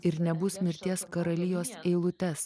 ir nebus mirties karalijos eilutes